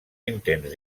intents